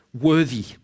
worthy